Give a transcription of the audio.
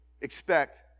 expect